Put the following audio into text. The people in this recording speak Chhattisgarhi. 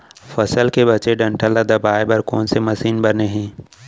फसल के बचे डंठल ल दबाये बर कोन से मशीन बने हे?